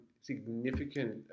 significant